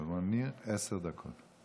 שרון ניר, עשר דקות.